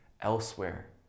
elsewhere